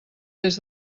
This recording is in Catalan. des